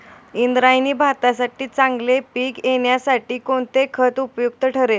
इंद्रायणी भाताचे चांगले पीक येण्यासाठी कोणते खत उपयुक्त ठरेल?